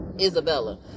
Isabella